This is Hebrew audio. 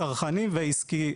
הצרכנים והעסקיים,